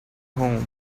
home